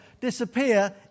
disappear